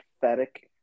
pathetic